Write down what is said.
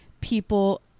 people